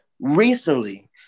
recently